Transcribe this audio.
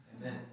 Amen